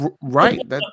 Right